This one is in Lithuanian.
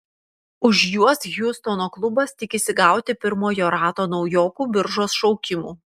už juos hjustono klubas tikisi gauti pirmojo rato naujokų biržos šaukimų